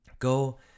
Go